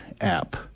app